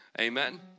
Amen